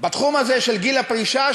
הזה של גיל הפרישה,